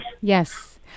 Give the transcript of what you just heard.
Yes